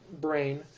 brain